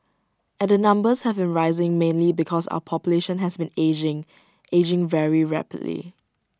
and the numbers have been rising mainly because our population has been ageing ageing very rapidly